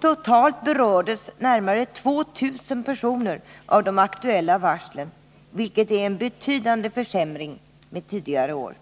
Totalt berördes närmare 2 000 personer av de aktuella varslen, vilket är en betydande försämring jämfört med tidigare år.